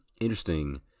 Interesting